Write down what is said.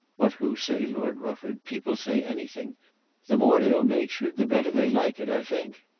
what who say, lord rufford? people say anything the more ill-natured the better they like it, i think.